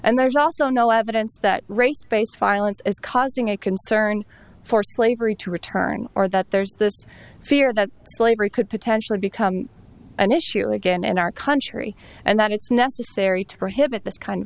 and there's also no evidence that race based violence is causing a concern for slavery to return or that there's this fear that slavery could potentially become an issue again in our country and that it's necessary to prohibit this kind of